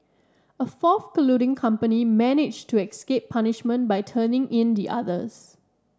a fourth colluding company managed to escape punishment by turning in the others